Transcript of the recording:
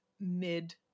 mid